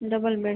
double bed